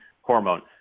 hormone